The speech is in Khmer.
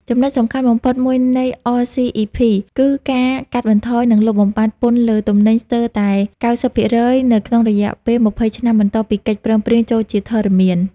ចំណុចសំខាន់បំផុតមួយនៃ អ សុី អុី ភី (RCEP) គឺការកាត់បន្ថយ និងលុបបំបាត់ពន្ធលើទំនិញស្ទើរតែ ៩០% នៅក្នុងរយៈពេល ២០ ឆ្នាំបន្ទាប់ពីកិច្ចព្រមព្រៀងចូលជាធរមាន។